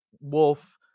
wolf